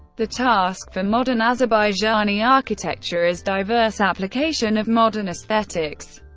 the task for modern azerbaijani architecture is diverse application of modern aesthetics,